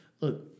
Look